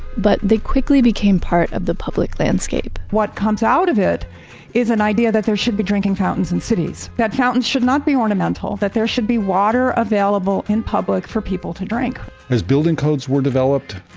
but they quickly became part of the public landscape what comes out of it is an idea that there should be drinking fountains in cities, that fountains should not be ornamental, that there should water available in public for people to drink as building codes were developed,